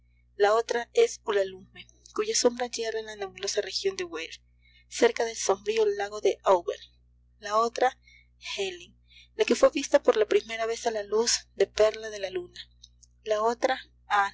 la otra es ulalume cuya sombra yerra en la nebulosa región de weir cerca del sombrío lago de auber la otra helen la que fué vista por la primera vez a la luz de perla de la luna la otra